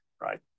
right